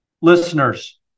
Listeners